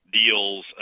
deals